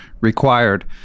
required